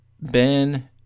Ben